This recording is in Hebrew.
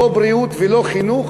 לא בריאות ולא חינוך?